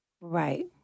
right